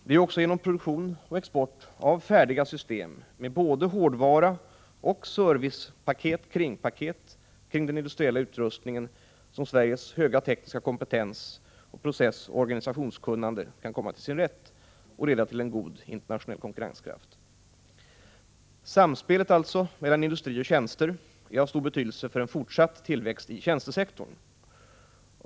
Det är även genom produktion och export av färdiga system med både hårdvara och servicepaket kring den industriella utrustningen som Sveriges höga tekniska kompetens, processoch organisationskunnande kan komma till sin rätt och leda till en god internationell konkurrenskraft. Samspelet mellan industri och tjänster är alltså av stor betydelse för en fortsatt tillväxt i tjänstesektorn.